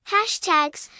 Hashtags